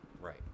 right